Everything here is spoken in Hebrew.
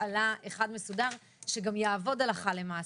הפעלה אחד מסודר שגם יעבוד הלכה למעשה.